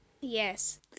Yes